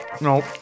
Nope